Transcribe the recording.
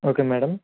O madam